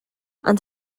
and